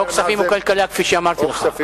או כספים או כלכלה, כפי שאמרתי לך.